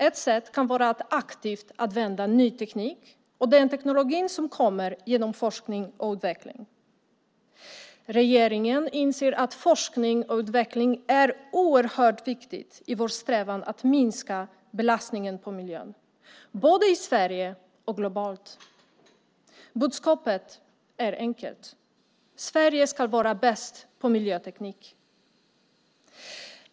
Ett sätt kan vara att aktivt använda ny teknik och den teknologi som kommer genom forskning och utveckling. Regeringen inser att forskning och utveckling är oerhört viktigt i vår strävan att minska belastningen på miljön, både i Sverige och globalt. Budskapet är enkelt: Sverige ska vara bäst på miljöteknik.